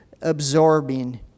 absorbing